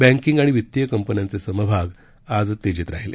banking आणि वित्तीय कंपन्यांने समभाग आज तेजीत राहिले